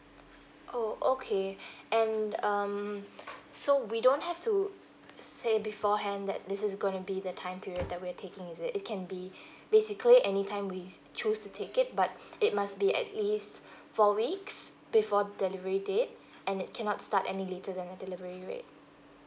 oh okay and um so we don't have to say beforehand that this is gonna be the time period that we're taking is it it can be basically any time we choose to take it but it must be at least four weeks before the delivery date and it cannot start any later than the delivery date